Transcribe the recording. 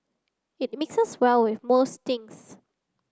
it mixes well with most things